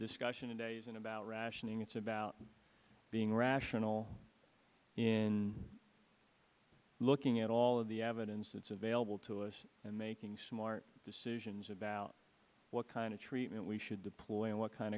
discussion today isn't about rationing it's about being rational in looking at all of the evidence that's available to us and making smart decisions about what kind of treatment we should deploy what kind